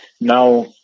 Now